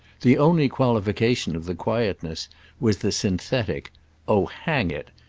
the only qualification of the quietness was the synthetic oh hang it!